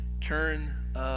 turn